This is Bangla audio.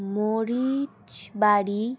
মরিচবাড়ি